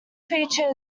feature